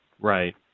Right